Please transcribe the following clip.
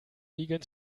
liegen